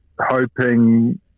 Hoping